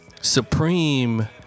Supreme